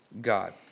God